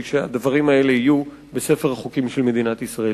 שהדברים האלה יהיו בספר החוקים של מדינת ישראל.